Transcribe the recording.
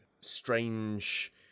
strange